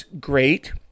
great